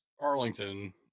Arlington